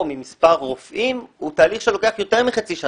ממספר רופאים הוא תהליך שלוקח יותר מחצי שנה,